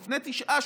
לפני תשעה,